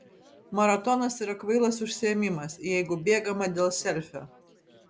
maratonas yra kvailas užsiėmimas jeigu bėgama dėl selfio